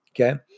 okay